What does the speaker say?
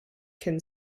can